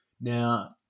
Now